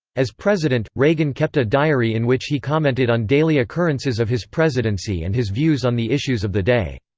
as president, reagan reagan kept a diary in which he commented on daily occurrences of his presidency and his views on the issues of the day.